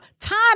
time